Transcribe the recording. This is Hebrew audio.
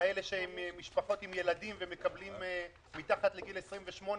כאלה עם משפחות עם ילדים ומקבלים מתחת לגיל 28,